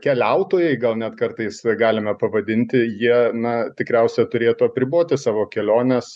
keliautojai gal net kartais galime pavadinti jie na tikriausia turėtų apriboti savo keliones